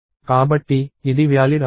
కాబట్టి ఇది వ్యాలిడ్ అవుతుంది